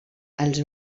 els